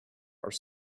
are